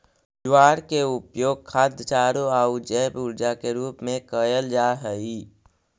ज्वार के उपयोग खाद्य चारों आउ जैव ऊर्जा के रूप में कयल जा हई